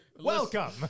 Welcome